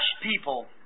people